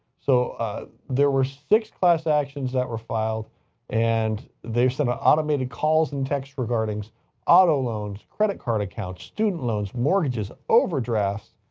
so there were six class actions that were filed and they were sending automated calls and texts, regarding auto loans, credit card accounts, student loans, mortgages, overdrafts,